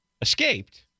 escaped